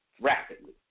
rapidly